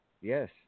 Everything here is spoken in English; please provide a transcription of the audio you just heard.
Yes